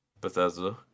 Bethesda